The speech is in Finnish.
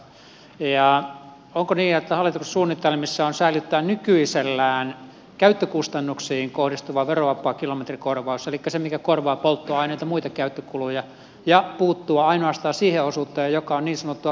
onko niin että hallituksen suunnitelmissa on säilyttää nykyisellään käyttökustannuksiin kohdistuva verovapaa kilometrikorvaus elikkä se joka korvaa polttoaineita ja muita käyttökuluja ja puuttua ainoastaan siihen osuuteen joka on niin sanottua pääomakorvausosuutta